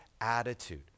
attitude